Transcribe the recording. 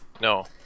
No